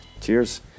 cheers